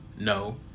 no